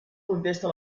contesta